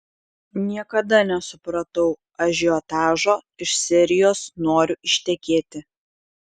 niekada nesupratau ažiotažo iš serijos noriu ištekėti